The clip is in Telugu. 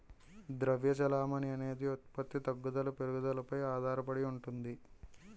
ద్రవ్య చెలామణి అనేది ఉత్పత్తి తగ్గుదల పెరుగుదలపై ఆధారడి ఉంటుంది